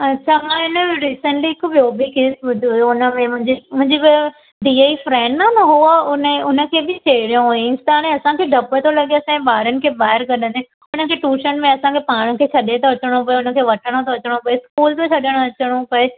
असां हिन ॾिसंदी हिकु ॿियो बि केस विधो हुयो हुनमें मुंजी भेण धीअ जी फ्रैंड आ न हुअ उने हुनखे बि छेड़यो हुईंसि त हाणे असांखे डपु तो लॻेसि असांजे ॿारनि खे ॿाहिरि कढंदे हुननि खे टूशन में असांखे पाण खे छॾे त अचणो पए हुन खे वठणो तो अचणो पए इस्कुल बि छॾणो पए